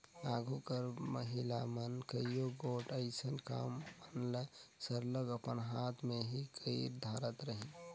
आघु कर महिला मन कइयो गोट अइसन काम मन ल सरलग अपन हाथ ले ही कइर धारत रहिन